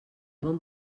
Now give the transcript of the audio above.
bon